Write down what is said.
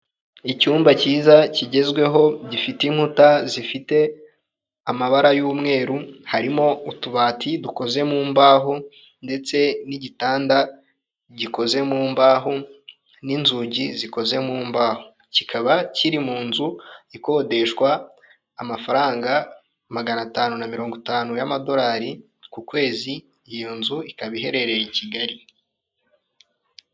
Icyumba cyiza kigezweho gifite inkuta zifite amabara y'umweru, harimo utubati dukoze mu mbaho, ndetse n'igitanda gikoze mu mbaho, n'inzugi zikoze mu mbaho. Kikaba kiri mu nzu ikodeshwa amafaranga magana atanu na mirongo itanu y'amadolari ku kwezi, iyo nzu ikaba iherereye i Kigali.